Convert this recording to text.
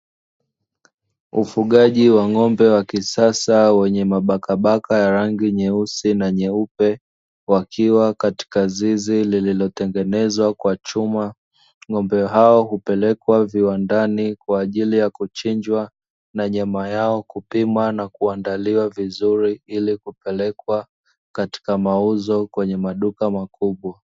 Ufugaji wa ng'ombe wa kisasa wenye mabakabaka ya rangi nyeusi na nyeupe, wakiwa katika zizi lililotengenezwa kwa chuma. Ng'ombe hao hupelekwa viwandani kwa ajili ya kuchinjwa, na nyama yao kupimwa na kuandaliwa vizuri ili kupelekwa katika mauzo kwenye maduka makubwa.